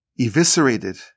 eviscerated